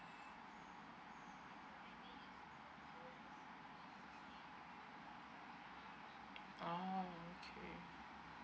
oh okay